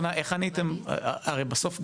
הרי בסוף,